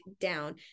down